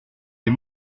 est